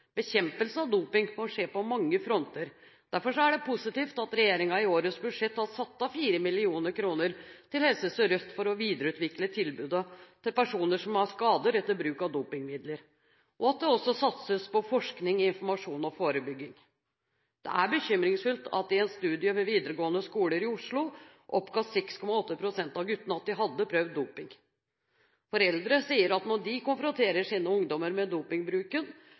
Bekjempelse av doping må skje på mange fronter. Derfor er det positivt at regjeringen i årets budsjett har satt av 4 mill. kr til Helse Sør-Øst for å videreutvikle tilbudet til personer som har skader etter bruk av dopingmidler, og at det også satses på forskning, informasjon og forebygging. Det er bekymringsfullt at i en studie ved videregående skoler i Oslo oppga 6,8 pst. av guttene at de hadde prøvd doping. Foreldre sier at når de konfronterer sine ungdommer med dopingbruken,